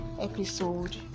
episode